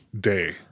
day